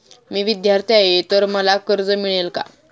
मी विद्यार्थी आहे तर मला कर्ज मिळेल का?